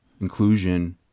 inclusion